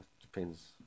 depends